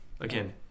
Again